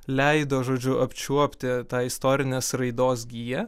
leido žodžiu apčiuopti tą istorinės raidos giją